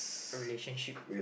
a relationship